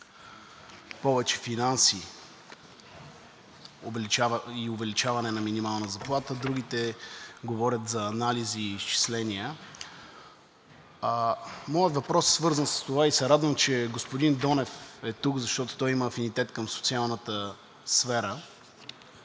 повече финанси и увеличаване на минималната заплата, другите говорят за анализи и изчисления. Моят въпрос, свързан с това, и се радвам, че господин Донев е тук, защото той има афинитет към социалната сфера,